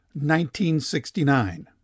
1969